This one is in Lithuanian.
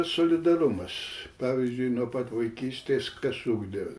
solidarumas pavyzdžiui nuo pat vaikystės kas ugdė